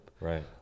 Right